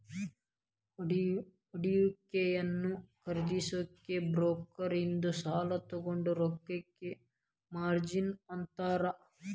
ಹೂಡಿಕೆಯನ್ನ ಖರೇದಿಸಕ ಬ್ರೋಕರ್ ಇಂದ ಸಾಲಾ ತೊಗೊಂಡ್ ರೊಕ್ಕಕ್ಕ ಮಾರ್ಜಿನ್ ಅಂತಾರ